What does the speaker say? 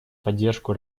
поддержку